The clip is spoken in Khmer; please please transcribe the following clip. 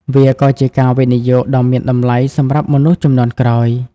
វាក៏ជាការវិនិយោគដ៏មានតម្លៃសម្រាប់មនុស្សជំនាន់ក្រោយ។